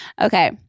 Okay